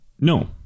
No